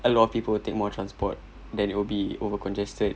a lot of people will take more transport then it will be over congested